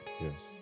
Yes